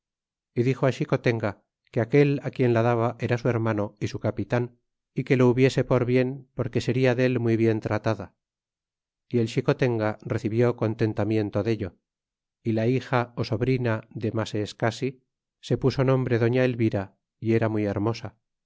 y dijo xicotenga que aquel quien la daba era su hermano y su capitan y que lo hubiese por bien porque seria da muy bien tratada y el xicotenga recibió contentamiento dello y la hija ó sobrina de maseescasi se puso nombre doña elvira y era muy hermosa